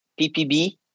PPB